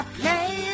play